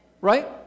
Right